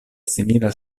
simila